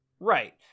Right